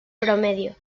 promedio